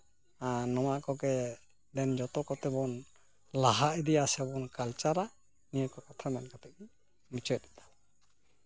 ᱟᱨ ᱱᱚᱣᱟ ᱠᱚᱜᱮ ᱫᱮᱱ ᱡᱚᱛᱚ ᱠᱚᱛᱮ ᱵᱚᱱ ᱞᱟᱦᱟ ᱤᱫᱤᱭᱟ ᱥᱮᱵᱚᱱ ᱠᱟᱞᱪᱟᱨᱟ ᱱᱤᱭᱟᱹ ᱠᱚ ᱠᱟᱛᱷᱟ ᱢᱮᱱ ᱠᱟᱛᱮᱜ ᱜᱤᱧ ᱢᱩᱪᱟᱹᱫ ᱫᱟ